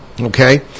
okay